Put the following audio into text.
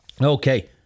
Okay